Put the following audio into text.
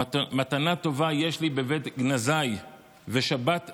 "מתנה טובה יש לי בבית גנזי ושבת שמה"